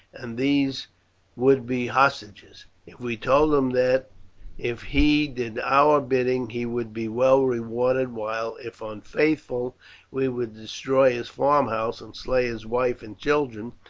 and these would be hostages. if we told him that if he did our bidding he would be well rewarded, while if unfaithful we would destroy his farmhouse and slay his wife and children,